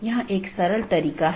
जिसे हम BGP speaker कहते हैं